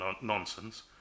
nonsense